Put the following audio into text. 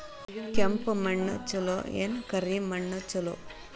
ಕೆಂಪ ಮಣ್ಣ ಛಲೋ ಏನ್ ಕರಿ ಮಣ್ಣ ಛಲೋ?